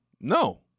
No